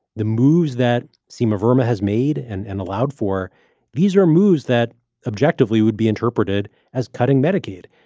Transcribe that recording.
the moves that seem burma has made and and allowed for these are moves that objectively would be interpreted as cutting medicaid.